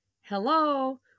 hello